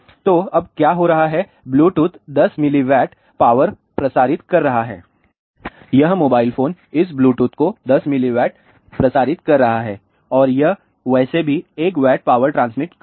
तो अब क्या हो रहा है ब्लूटूथ 10 mW पावर प्रसारित कर रहा है यह मोबाइल फोन इस ब्लूटूथ को 10 mW प्रसारित कर रहा है और यह वैसे भी 1 W पावर ट्रांसमिट कर रहा है